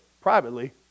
privately